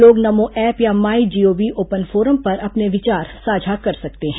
लोग नमो ऐप या my G O V open forum पर अपने विचार साझा कर सकते हैं